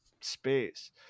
space